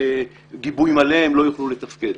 הם לא יוכלו לתפקד.